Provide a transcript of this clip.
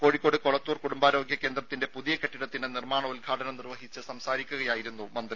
കോഴിക്കോട് കൊളത്തൂർ കുടുംബാരോഗ്യ കേന്ദ്രത്തിന്റെ പുതിയ കെട്ടിടത്തിന്റെ നിർമാണോദ്ഘാടനം നിർവഹിച്ച് സംസാരിക്കുകയായിരുന്നു മന്ത്രി